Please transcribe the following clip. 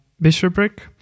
bishopric